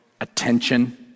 attention